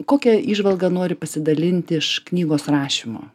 kokią įžvalgą nori pasidalinti iš knygos rašymo